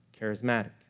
charismatic